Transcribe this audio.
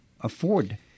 afford